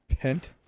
pent